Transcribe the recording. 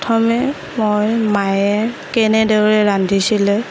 প্ৰথমে মই মায়ে কেনেদৰে ৰান্ধিছিলে